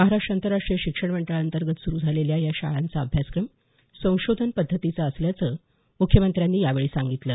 महाराष्ट्र आंतराष्ट्रीय शिक्षण मंडळाअंतर्गत सुरू झालेल्या या शाळांचा अभ्यासक्रम संशोधन पद्धतीचा असल्याचं मुख्यमंत्र्यांनी यावेळी सांगितलं